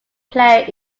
player